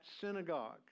synagogue